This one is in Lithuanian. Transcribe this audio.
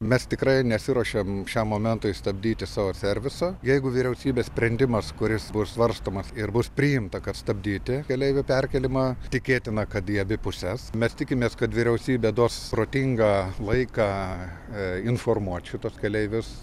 mes tikrai nesiruošiam šiam momentui stabdyti savo serviso jeigu vyriausybės sprendimas kuris bus svarstomas ir bus priimta kad stabdyti keleivių perkėlimą tikėtina kad į abi puses mes tikimės kad vyriausybė duos protingą laiką informuot šituos tuos keleivius